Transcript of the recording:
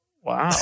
Wow